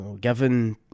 given